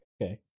okay